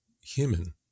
human